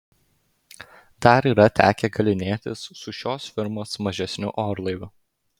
dar yra tekę galynėtis su šios firmos mažesniu orlaiviu